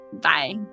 Bye